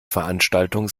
veranstaltung